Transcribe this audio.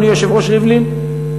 אדוני היושב-ראש ריבלין,